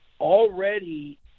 already